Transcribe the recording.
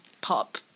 pop